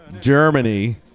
germany